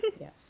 yes